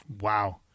Wow